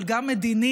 אבל גם מדיני,